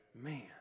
man